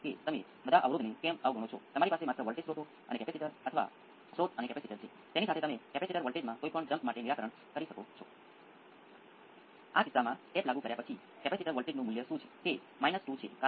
તેથી તમે અહીં જે મેળવો છો તે પણ સાઈનુંસોઈડ છે તેમાં આના જેવું જ એમ્પ્લિટ્યુડ ન હોઈ શકે પરંતુ હું અહીં એક વધુ ઇચ્છું છું હું તેને સચોટ પણે માપીશ કે આ બધા માટે 1